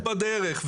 רק בדרך.